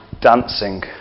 dancing